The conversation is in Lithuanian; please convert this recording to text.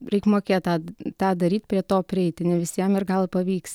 reik mokėt tą tą daryt prie to prieiti ne visiems ir gal pavyks